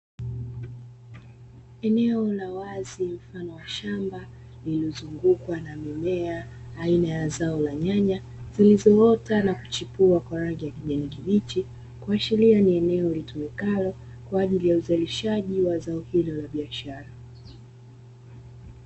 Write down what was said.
Eneo la wazi la mashamba, lililozungukwa na mimea aina ya zao la nyanya, zilizoota na kuchipua kwa rangi ya kijani kibichi, kuashiria ni eneo litumikalo, kwa ajili ya uzalishaji wa zao hilo la biashara.